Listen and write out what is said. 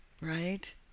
right